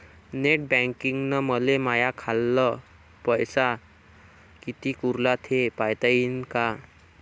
Net बँकिंगनं मले माह्या खाल्ल पैसा कितीक उरला थे पायता यीन काय?